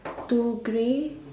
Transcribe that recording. two grey